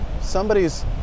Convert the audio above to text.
somebody's